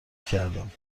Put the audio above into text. کردم